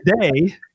today